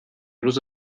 روز